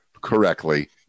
correctly